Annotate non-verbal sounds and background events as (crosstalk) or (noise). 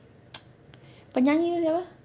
(noise) penyanyi tu siapa